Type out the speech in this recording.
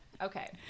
Okay